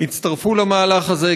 הצטרפו למהלך הזה.